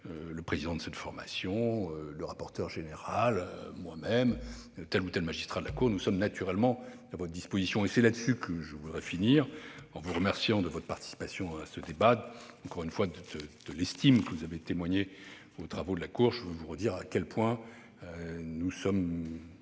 le président de cette formation, le rapporteur général, moi-même, ou tel ou tel magistrat de la Cour, nous sommes naturellement à votre disposition. Je conclus mon propos en vous remerciant une nouvelle fois de votre participation à ce débat et de l'estime que vous avez témoignée aux travaux de la Cour. Je veux vous redire à quel point nous sommes